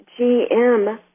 GM